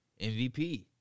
MVP